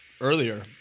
earlier